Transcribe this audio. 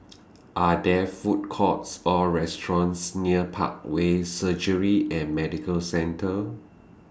Are There Food Courts Or restaurants near Parkway Surgery and Medical Centre